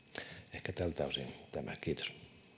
ehkä tältä osin kiitos